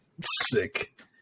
Sick